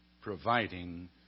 providing